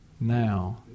now